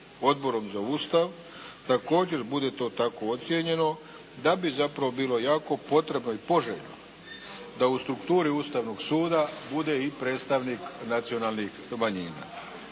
Odborom za Ustav također bude to tako ocijenjeno da bi zapravo bilo jako potrebno i poželjno da u strukturi Ustavnog suda bude i predstavnik nacionalnih manjina.